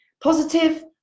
positive